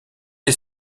les